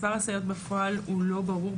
מספר הסייעות בפועל הוא לא ברור,